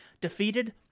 defeated